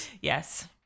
Yes